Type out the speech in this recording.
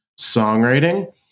songwriting